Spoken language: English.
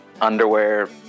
underwear